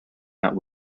that